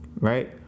Right